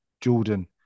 Jordan